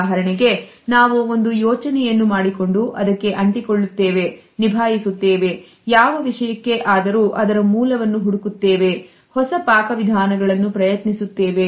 ಉದಾಹರಣೆಗೆ ನಾವು ಒಂದು ಯೋಚನೆಯನ್ನು ಮಾಡಿಕೊಂಡು ಅದಕ್ಕೆ ಅಂಟಿಕೊಳ್ಳುತ್ತವೆ ನಿಭಾಯಿಸುತ್ತೇವೆ ಯಾವ ವಿಷಯಕ್ಕೆ ಆದರೂ ಅದರ ಮೂಲವನ್ನು ಹುಡುಕುತ್ತೇವೆ ಹೊಸ ಪಾಕವಿಧಾನಗಳನ್ನು ಪ್ರಯತ್ನಿಸುತ್ತೇವೆ